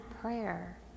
prayer